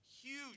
Huge